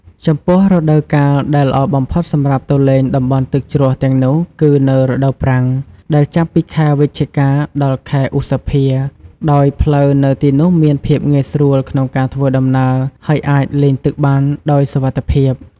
ចំពោះរដូវកាលដែលល្អបំផុតសម្រាប់ទៅលេងតំបន់ទឹកជ្រោះទាំងនោះគឺ នៅរដូវប្រាំង ដែលចាប់ពីខែវិច្ឆិកា ដល់ខែឧសភា ដោយផ្លូវនៅទីនោះមានភាពងាយស្រួលក្នុងការធ្វើដំណើរ ហើយអាចលេងទឹកបានដោយសុវត្ថិភាព។